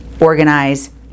organize